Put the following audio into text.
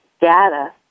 data